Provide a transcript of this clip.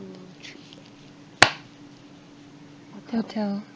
hotel